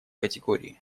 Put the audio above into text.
категории